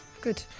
Good